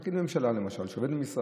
אחד החוקים, פקיד ממשלה למשל, שעובד במשרד,